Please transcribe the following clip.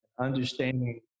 understanding